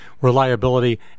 reliability